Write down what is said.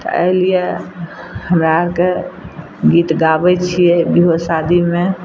तऽ अइ लिये हमरा अरके गीत गाबय छियै बियाहो शादीमे